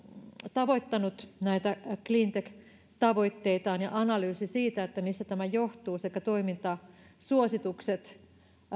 tavoittanut cleantech tavoitteitaan ja analyysi siitä mistä tämä johtuu sekä toimintasuositukset